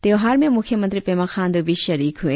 त्योहार में मुख्यमंत्री पेमा खांडू भी शरीक हुए